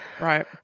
Right